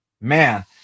man